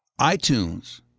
iTunes